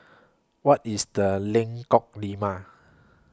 What IS The Lengkok Lima